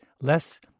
less